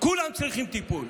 כולם צריכים טיפול.